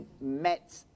met